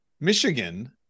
Michigan